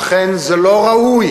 אכן, זה לא ראוי,